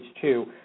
two